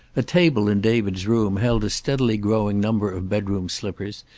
a table in david's room held a steadily growing number of bedroom slippers,